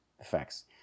effects